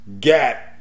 get